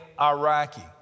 Iraqi